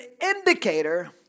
indicator